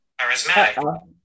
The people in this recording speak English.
Charismatic